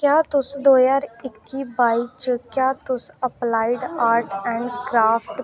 क्या तुस दो ज्हार इक्की बाई च क्या तुस अप्लाइड आर्ट एंड क्राफ्ट